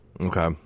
okay